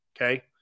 okay